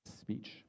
speech